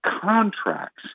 contracts